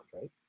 right